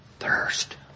Thirst